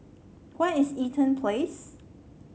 where is Eaton Place